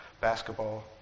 basketball